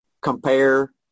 compare